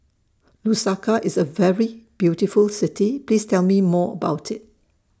Lusaka IS A very beautiful City Please Tell Me More about IT